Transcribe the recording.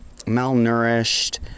malnourished